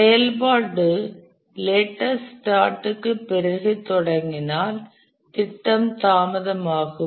செயல்பாடு latest start க்கு பிறகு தொடங்கினால் திட்டம் தாமதமாகும்